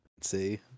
See